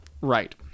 Right